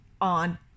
on